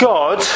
God